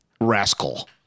rascal